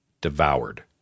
devoured